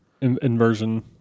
Inversion